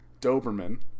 doberman